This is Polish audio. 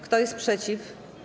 Kto jest przeciw?